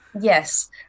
Yes